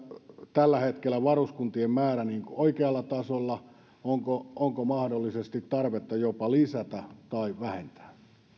tällä hetkellä varuskuntien määrä oikealla tasolla onko mahdollisesti tarvetta jopa lisätä tai vähentää